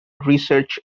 research